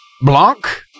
Blanc